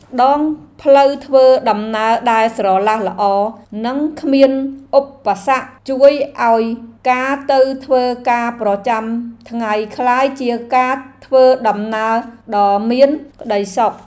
ដងផ្លូវធ្វើដំណើរដែលស្រឡះល្អនិងគ្មានឧបសគ្គជួយឱ្យការទៅធ្វើការប្រចាំថ្ងៃក្លាយជាការធ្វើដំណើរដ៏មានក្តីសុខ។